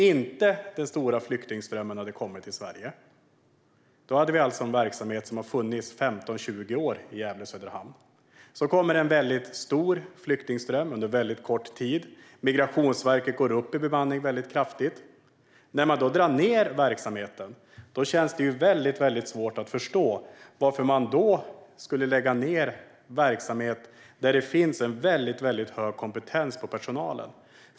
Innan den stora flyktingströmmen kom till Sverige hade vi en verksamhet som hade funnits i 15-20 år i Gävle och Söderhamn. Så kom det en stor flyktingström under kort tid. Migrationsverket ökade sin bemanning kraftigt. När Migrationsverket nu drar ned verksamheten känns det väldigt svårt att förstå varför man lägger ned verksamhet där det finns väldigt hög kompetens hos personalen.